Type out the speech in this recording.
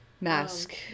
Mask